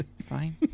fine